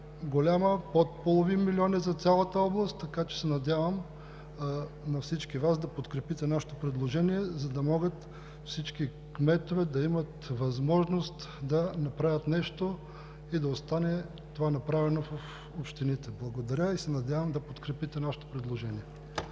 голяма – под половин милион е за цялата област, така че се надявам всички Вие да подкрепите нашето предложение, за да могат кметовете да имат възможност да направят нещо и това да остане в общините. Благодаря и се надявам да подкрепите нашето предложение.